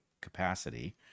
capacity